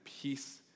Peace